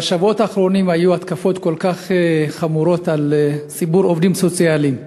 בשבועות האחרונים היו התקפות כל כך חמורות על ציבור העובדים הסוציאליים.